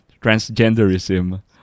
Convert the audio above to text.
transgenderism